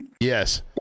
Yes